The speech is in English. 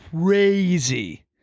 crazy